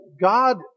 God